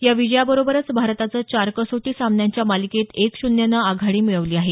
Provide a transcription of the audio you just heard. या विजया बरोबरच भारताचं चार कसोटी सामन्यांच्या मालिकेत एक शून्यनं आघाडी मिळवली आहे